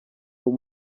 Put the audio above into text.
uwo